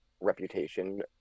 Reputation